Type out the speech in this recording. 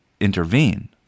intervene